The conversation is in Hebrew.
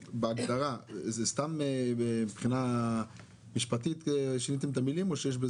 בהגדרה של סעיף קטן ב' שיניתם את המילים רק לצורך הנוסח?